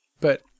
but-